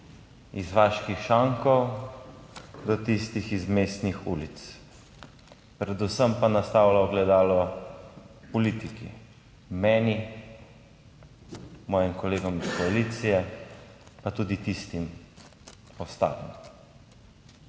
iz vaških šankov, do tistih iz mestnih ulic, predvsem pa nastavlja ogledalo politiki, meni, mojim kolegom iz koalicije, pa tudi tistim ostalim.